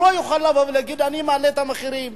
הוא לא יוכל לבוא ולהגיד: אני מעלה את המחירים.